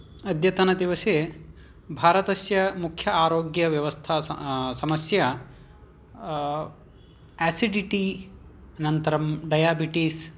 अद्यतनदिवसे भारतस्य मुख्य आरोग्यव्यवस्था समस्या एसिडिटि अनन्तरं डयाबिटीस्